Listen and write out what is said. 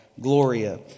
Gloria